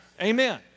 Amen